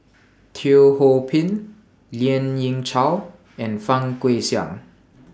Teo Ho Pin Lien Ying Chow and Fang Guixiang